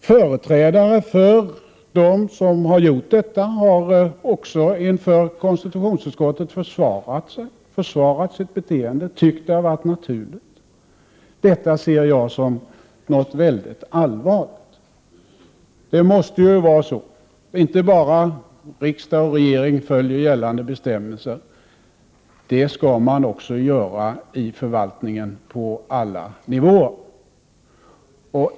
Företrädare för dem som har gjort detta har också inför konstitutionsutskottet försvarat sitt beteende och tyckt att det har varit naturligt. Detta ser jag som något mycket allvarligt. Det är inte bara riksdag och regering som skall följa gällande bestämmelser, det skall man också göra i förvaltningen på alla nivåer.